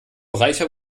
reicher